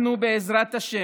אנחנו, בעזרת השם,